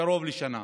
קרוב לשנה,